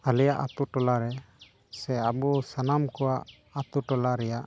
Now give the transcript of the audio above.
ᱟᱞᱮᱭᱟᱜ ᱟᱹᱛᱩ ᱴᱚᱞᱟ ᱨᱮ ᱥᱮ ᱟᱵᱚ ᱥᱟᱱᱟᱢ ᱠᱚᱣᱟᱜ ᱟᱹᱛᱩ ᱴᱚᱞᱟ ᱨᱮᱭᱟᱜ